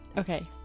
Okay